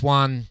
one